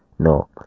No